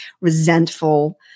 resentful